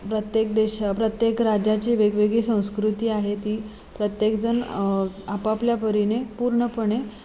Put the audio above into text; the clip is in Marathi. प्रत्येक देशा प्रत्येक राज्याची वेगवेगळी संस्कृती आहे ती प्रत्येकजण आपापल्यापरीने पूर्णपणे